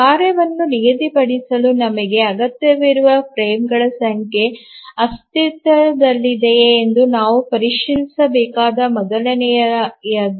ಕಾರ್ಯವನ್ನು ನಿಗದಿಪಡಿಸಲು ನಮಗೆ ಅಗತ್ಯವಿರುವ ಫ್ರೇಮ್ಗಳ ಸಂಖ್ಯೆ ಅಸ್ತಿತ್ವದಲ್ಲಿದೆಯೇ ಎಂದು ನಾವು ಪರಿಶೀಲಿಸಬೇಕಾದ ಮೊದಲನೆಯದು